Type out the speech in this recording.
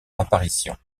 apparition